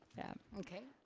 yeah. okay,